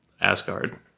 Asgard